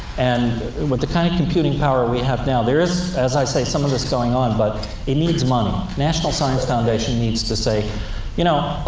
and with the kind of computing power we have now, there is, as i say, some of this going on, but it needs money. national science foundation needs to say you know,